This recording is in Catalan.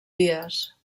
dies